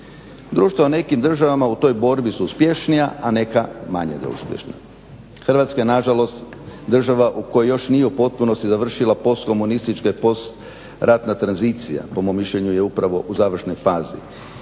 Društva u nekim državama u toj borbi su uspješnija, a neka manje uspješna. Hrvatska je nažalost država u kojoj još nije u potpunosti završila postkomunistička postratna tranzicija, po mom mišljenju je upravo u završnoj fazi.